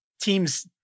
teams